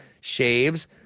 shaves